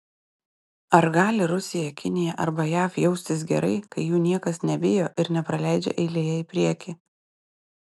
ar gali rusija kinija arba jav jaustis gerai kai jų niekas nebijo ir nepraleidžia eilėje į priekį